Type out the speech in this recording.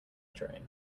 train